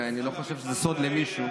ואני לא חושב שזה סוד עבור מישהו.